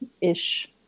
ish